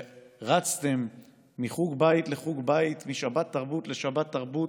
כשרצתן מחוג בית לחוג בית, משבת תרבות לשבת תרבות,